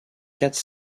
quatre